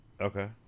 Okay